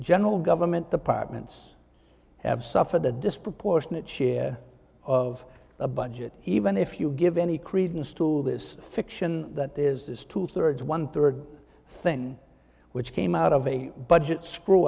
general government departments have suffered a disproportionate share of the budget even if you give any credence to this fiction that is two thirds one third thing which came out of a budget screw